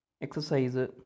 exercise